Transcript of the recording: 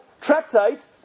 tractate